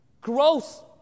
Gross